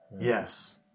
Yes